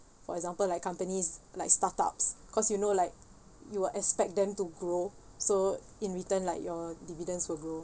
for example like companies like startups cause you know like you would expect them to grow so in return like your dividends will grow